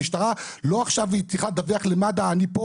המשטרה עכשיו צריכה לדווח למד"א אם אני פה,